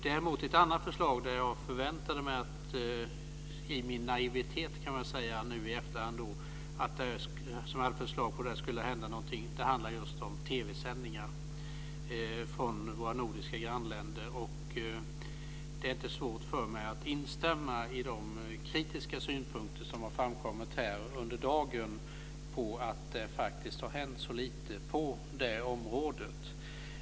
Däremot finns det ett annat förslag där jag i min naivitet förväntade mig att det skulle hända någonting. Det handlar om TV-sändningar från våra nordiska grannländer. Det är inte svårt för mig att instämma i de kritiska synpunkter som har framkommit här under dagen på att det faktiskt har hänt så lite på det här området.